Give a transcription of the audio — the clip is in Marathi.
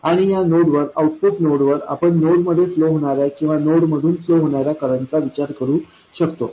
आणि या नोडवर आउटपुट नोडवर आपण नोड मध्ये फ्लो होणार्या किंवा नोडमधून फ्लो होणार्या करंटचा विचार करू शकतो